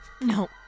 No